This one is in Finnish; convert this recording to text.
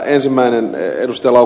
ensinnäkin ed